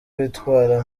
bitwara